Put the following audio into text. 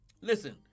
Listen